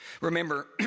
Remember